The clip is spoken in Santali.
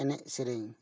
ᱮᱱᱮᱡ ᱥᱮᱨᱮᱧ